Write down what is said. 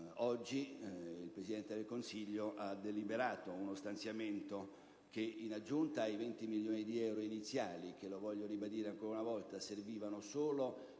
oggi il Presidente del Consiglio ha deliberato uno stanziamento che, in aggiunta ai 20 milioni di euro iniziali - che, ribadisco ancora, servivano solo